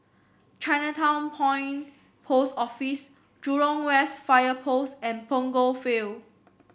Chinatown Point Post Office Jurong West Fire Post and Punggol Field